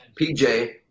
PJ